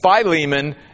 Philemon